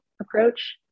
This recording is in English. approach